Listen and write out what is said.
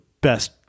best